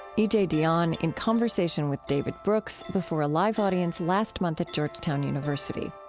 e j. dionne in conversation with david brooks before a live audience last month at georgetown university